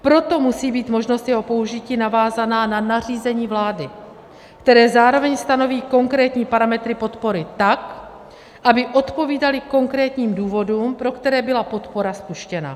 Proto musí být možnost jeho použití navázána na nařízení vlády, které zároveň stanoví konkrétní parametry podpory tak, aby odpovídaly konkrétním důvodům, pro které byla podpora spuštěna.